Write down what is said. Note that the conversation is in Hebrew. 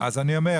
אז אני אומר,